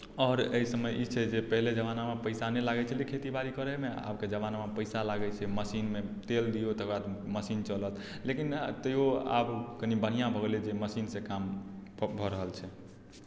आओर एहिसभमे ई छै पहिले जमानामे पैसा नहि लागैत छलै खेती बाड़ी करयमे आबके जमानामे पैसा लागैत छै मशीनमे तेल दियौ तकरबाद मशीन चलत लेकिन तैयो आब कनि बढ़िआँ भऽ गेलैए जे मशीनसँ काम भऽ रहल छै